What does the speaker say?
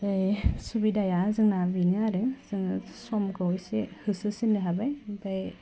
होइ सुबिदाया जोंना बिनो आरो जोङो समखौ एसे होसोसिननो हाबाय ओमफाय